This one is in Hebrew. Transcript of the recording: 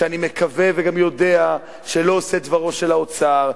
שאני מקווה וגם יודע שלא עושי דברו של האוצר,